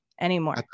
anymore